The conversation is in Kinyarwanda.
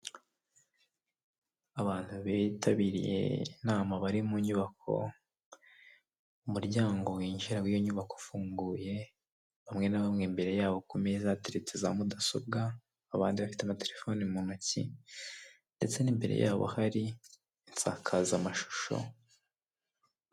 Abantu bitabiriye inama bari mu nyubako umuryango winjira w'iyo nyubako ufunguye, hamwe na bamwe imbere yabo ku meza hateretse za mudasobwa, abandi bafite amaterefone mu ntoki ndetse n'imbere yabo hari insakazamashusho.